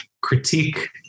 critique